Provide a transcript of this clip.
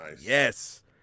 Yes